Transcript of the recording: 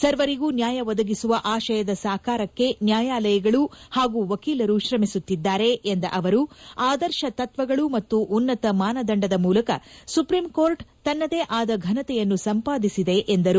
ಸರ್ವರಿಗೂ ನ್ಯಾಯ ಒದಗಿಸುವ ಆಶಯದ ಸಾಕಾರಕ್ಷೆ ನ್ಯಾಯಾಲಯಗಳು ಹಾಗೂ ವಕೀಲರು ಶ್ರಮಿಸುತ್ತಿದ್ದಾರೆ ಎಂದ ಅವರು ಆದರ್ಶ ತತ್ಸಗಳು ಮತ್ತು ಉನ್ನತ ಮಾನದಂಡದ ಮೂಲಕ ಸುಪ್ರೀಂ ಕೋರ್ಟ್ ತನ್ನದೇ ಆದ ಘನತೆಯನ್ನು ಸಂಪಾದಿಸಿದೆ ಎಂದರು